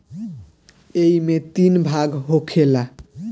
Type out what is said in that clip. ऐइमे तीन भाग होखेला